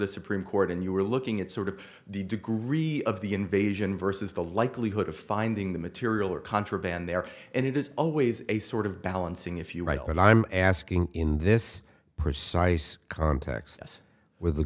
the supreme court and you were looking at sort of the degree of the invasion versus the likelihood of finding the material or contraband there and it is always a sort of balancing if you're right and i'm asking in this precise context us with the